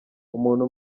umuntu